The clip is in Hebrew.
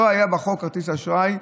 לא היה בחוק כרטיס אשראי.